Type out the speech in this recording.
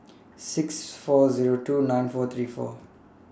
six four two nine four three four